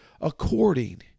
according